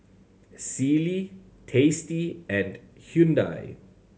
Sealy Tasty and Hyundai